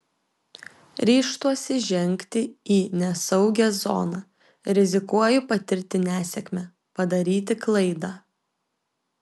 ryžtuosi žengti į nesaugią zoną rizikuoju patirti nesėkmę padaryti klaidą